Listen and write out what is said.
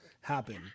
happen